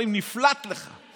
לפעמים נפלט לך,